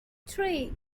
three